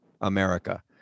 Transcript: America